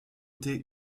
côtés